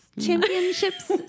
Championships